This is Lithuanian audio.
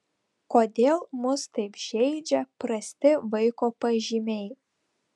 kodėl mus taip žeidžia prasti vaiko pažymiai